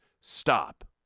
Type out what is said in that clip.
stop